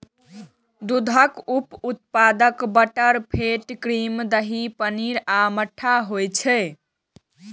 दूधक उप उत्पाद बटरफैट, क्रीम, दही, पनीर आ मट्ठा होइ छै